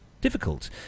difficult